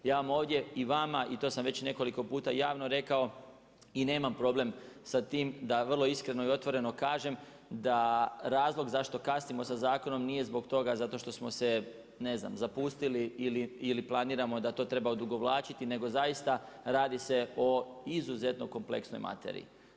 Ja vam ovdje i vama i to sam već nekoliko puta javno rekao i nemam problem sa tim da vrlo iskreno i otvoreno kažem da razlog zašto kasnimo sa zakonom nije zbog toga zato što smo se ne znam, zapustili ili planiramo da to treba odugovlačiti nego zaista radi se o izuzetno kompleksnoj materiji.